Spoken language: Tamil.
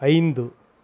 ஐந்து